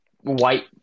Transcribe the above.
white